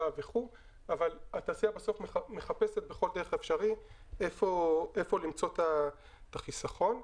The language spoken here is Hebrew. וכולי אבל התעשייה בסוף מחפשת כל דרך אפשרית איפה למצוא את החיסכון.